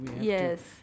Yes